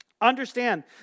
Understand